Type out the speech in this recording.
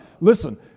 listen